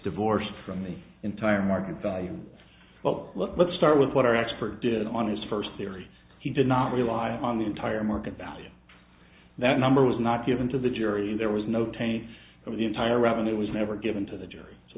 divorced from the entire market value but look let's start with what our expert did on his first theory he did not rely on the entire market value that number was not given to the jury there was no taking over the entire revenue was never given to the jury so